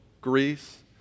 Greece